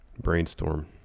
Brainstorm